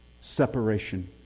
separation